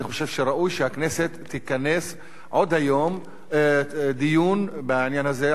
אני חושב שראוי שהכנסת תכנס עוד היום דיון בעניין הזה,